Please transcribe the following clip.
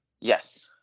Yes